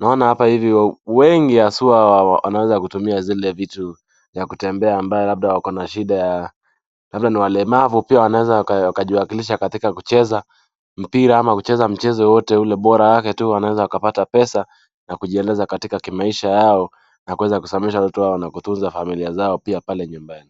Naona hapa hivi wengi haswa wanaweza kutumia zile vitu za kutembea ambayo labda wakona shida, ya labda ni walemavu wanaweza wakajiwakilisha katika kucheza, mpira ama kucheza mchezo wowote ule bora yake tu wanaweza wakapata pesa, nakujiendeleza katika maisha yao, na kuweza kusomesha watoto wao na kuweza kutuza familia zao pale nyumbani.